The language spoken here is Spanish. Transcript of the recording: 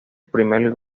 primer